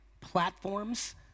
platforms